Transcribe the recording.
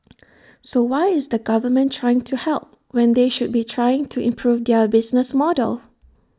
so why is the government trying to help when they should be trying to improve their business model